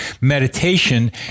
Meditation